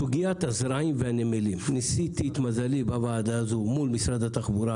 סוגית הזרעים והנמלים: ניסיתי את מזלי בוועדה זו אל מול משרד התחבורה